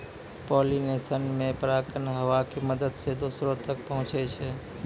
pollination मे परागकण हवा के मदत से दोसरो तक पहुचै छै